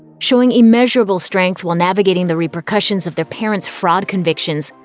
showing immeasurable strength while navigating the repercussions of their parents' fraud convictions,